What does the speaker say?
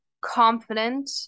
confident